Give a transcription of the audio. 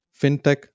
Fintech